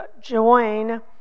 join